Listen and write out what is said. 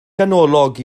ganolog